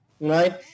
Right